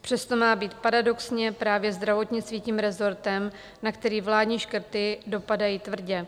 Přesto má být paradoxně právě zdravotnictví tím resortem, na který vládní škrty dopadají tvrdě.